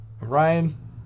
Ryan